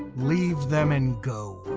leave them and go.